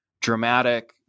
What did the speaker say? dramatic